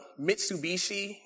Mitsubishi